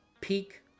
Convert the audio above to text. peak